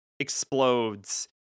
explodes